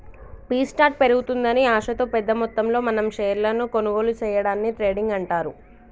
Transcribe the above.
B స్టార్ట్ పెరుగుతుందని ఆశతో పెద్ద మొత్తంలో మనం షేర్లను కొనుగోలు సేయడాన్ని ట్రేడింగ్ అంటారు